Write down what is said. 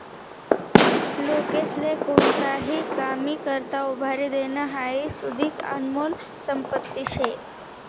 लोकेस्ले कोणताही कामी करता उभारी देनं हाई सुदीक आनमोल संपत्ती शे